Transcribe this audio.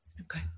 Okay